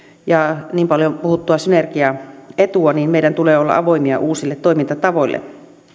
ja niin paljon puhuttua synergiaetua löytyy niin meidän tulee olla avoimia uusille toimintatavoille